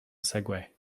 segway